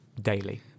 daily